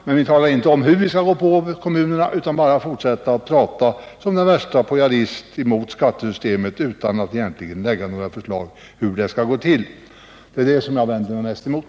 Men han talar inte om hur det skall gå till utan talar mot skattesystemet som den värste poujadist och kommer inte med några förslag. Det är vad jag vänder mig mest mot.